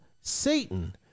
Satan